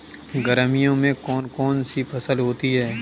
गर्मियों में कौन कौन सी फसल होती है?